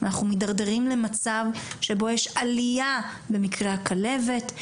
אנחנו מתדרדרים למצב שבו יש עלייה במקרי הכלבת,